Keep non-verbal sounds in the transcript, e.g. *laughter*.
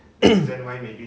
*noise*